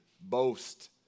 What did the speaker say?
boast